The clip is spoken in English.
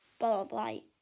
ball of light.